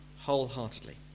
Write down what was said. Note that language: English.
wholeheartedly